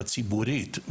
הציבורית,